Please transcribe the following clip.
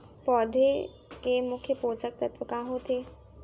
पौधे के मुख्य पोसक तत्व का होथे?